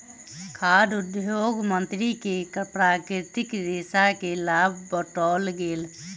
खाद्य उद्योग मंत्री के प्राकृतिक रेशा के लाभ बतौल गेल